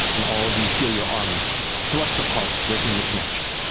and all of you feel your arms thrust apart, breaking the connection.